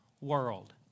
world